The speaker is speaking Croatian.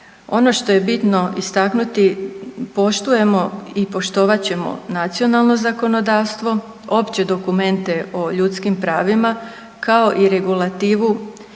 Ono što je bitno istaknuti poštujemo i poštovat ćemo nacionalno zakonodavstvo, opće dokumente o ljudskim pravima kao i regulativu